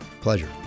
Pleasure